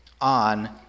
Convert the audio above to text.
on